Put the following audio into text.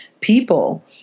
people